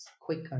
quicker